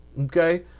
okay